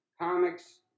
comics